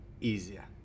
easier